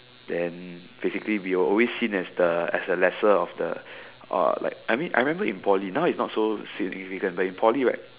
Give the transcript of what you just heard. then basically we were always seen as the as the lesser of the uh like I mean I remember in Poly now is not so significant but in Poly right